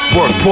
Work